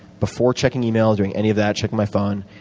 before checking email, doing any of that, checking my phone,